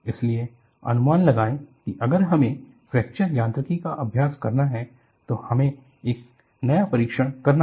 इसलिए अनुमान लगाएं कि अगर हमें फ्रैक्चर यांत्रिकी का अभ्यास करना है तो हमें एक नया परीक्षण करना होगा